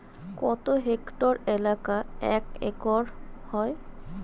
কত হেক্টর এলাকা এক একর হয়?